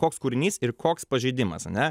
koks kūrinys ir koks pažeidimas ane